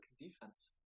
defense